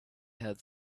had